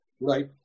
right